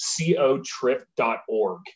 cotrip.org